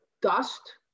dust